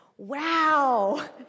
wow